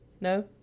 no